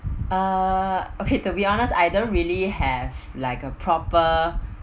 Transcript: uh okay to be honest I don't really have like a proper